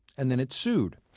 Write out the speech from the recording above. and then it sued.